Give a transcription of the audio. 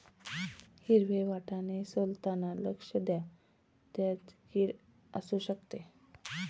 हिरवे वाटाणे सोलताना लक्ष द्या, त्यात किड असु शकते